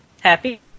Happy